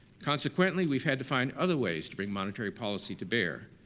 consequently, we've had to find other ways to bring monetary policy to bear,